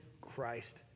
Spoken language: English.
Christ